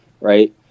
right